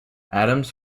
adams